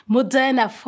Moderna